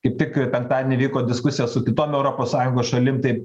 kaip tik penktadienį vyko diskusija su kitom europos sąjungos šalim tai